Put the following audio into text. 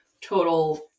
total